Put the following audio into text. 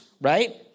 right